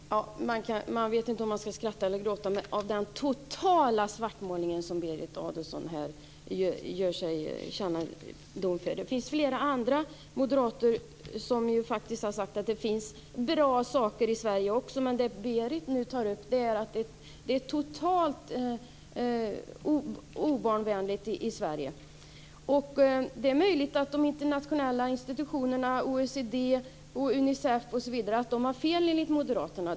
Fru talman! Jag vet inte om jag ska skratta eller gråta över den totala svartmålning som Berit Adolfsson här gör. Det finns flera andra moderater som faktiskt har sagt att det också finns bra saker i Sverige. Det Berit Adolfsson nu säger är att det är totalt obarnvänligt i Sverige. Det är möjligt att de internationella institutionerna, OECD, Unicef, osv. har fel enligt moderaterna.